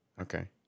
Okay